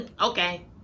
okay